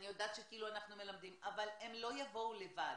אני יודעת שאנחנו מלמדים, אבל הם לא יבואו לבד.